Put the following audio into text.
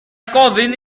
gofyn